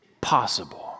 possible